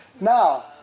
Now